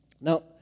Now